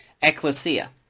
ecclesia